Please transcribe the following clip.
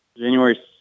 January